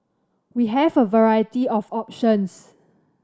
we have a variety of options